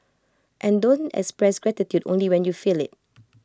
and don't express gratitude only when you feel IT